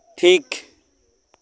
ᱴᱷᱤᱠ